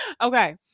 Okay